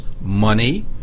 money